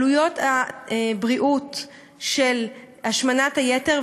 עלויות הבריאות של השמנת היתר,